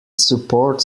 supports